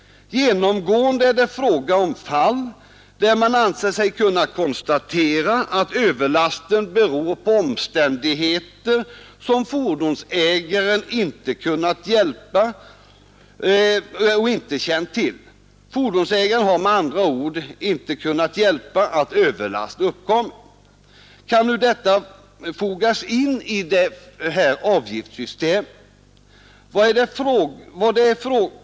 Genomgående är det fråga om fall där man ansett sig kunnna konstatera att överlasten beror på omständigheter som fordonsägaren inte kunnat hjälpa och inte känt till. Fordonsägaren har med andra ord inte kunnat hjälpa att överlast uppkommit. Kan nu detta fortsätta in i avgiftssystemet?